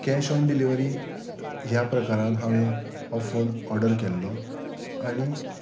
cash on delivery ह्या प्रकारान हांवें हो फोन ऑर्डर केल्लो आनी